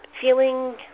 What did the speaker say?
feeling